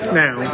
now